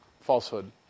falsehood